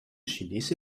chinese